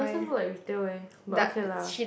doesn't look like retail eh but okay lah